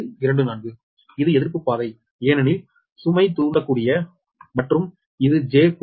இது எதிர்ப்பு பாதை ஏனெனில் சுமை தூண்டக்கூடியது மற்றும் இது j0